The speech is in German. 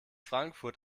frankfurt